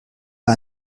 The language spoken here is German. gar